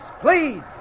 please